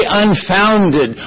unfounded